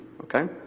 Okay